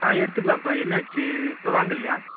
ஆ எடுத்துக்கலாம்பா என்னாச்சு இப்போ வாங்கலையா